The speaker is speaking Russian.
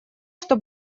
что